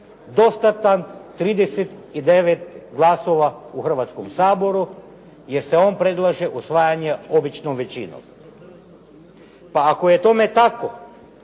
dostatan 39 glasova u Hrvatskom saboru, jer se on predlaže usvajanjem običnom većinom. Pa ako je tome tako,